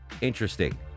interesting